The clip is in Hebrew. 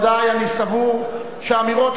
אני סבור שאמירות כאלה,